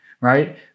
right